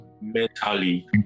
mentally